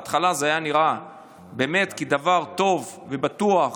בהתחלה זה היה נראה כדבר טוב ובטוח,